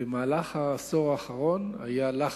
במהלך העשור האחרון היה לחץ,